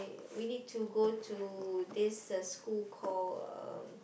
we need to go to this uh school call um